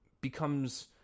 becomes